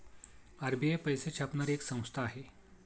RBI पैसे छापणारी एक संस्था आहे